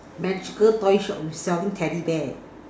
magical toy shop is selling teddy bear